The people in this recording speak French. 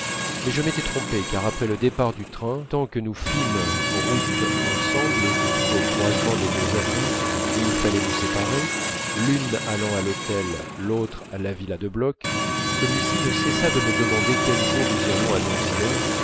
mais je m'étais trompé car après le départ du train tant que nous fîmes route ensemble jusqu'au croisement de deux avenues où il fallait nous séparer l'une allant à l'hôtel l'autre à la villa de bloch celui-ci ne cessa de me demander quel jour nous irions à